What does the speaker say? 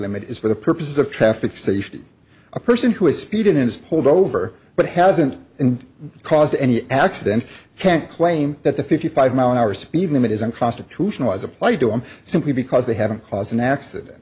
limit is for the purposes of traffic safety a person who is speeding is pulled over but hasn't caused any accident can't claim that the fifty five mile an hour speed limit is unconstitutional as applied to him simply because they haven't caused an accident